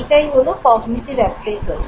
এটাই হলো cognitive appraisal